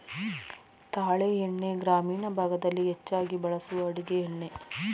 ತಾಳೆ ಎಣ್ಣೆ ಗ್ರಾಮೀಣ ಭಾಗದಲ್ಲಿ ಹೆಚ್ಚಾಗಿ ಬಳಸುವ ಅಡುಗೆ ಎಣ್ಣೆ